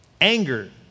Anger